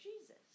Jesus